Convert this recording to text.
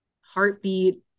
heartbeat